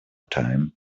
time